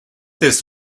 this